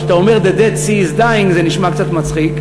אבל כשאתה אומר The Dead Sea is dying זה נשמע קצת מצחיק,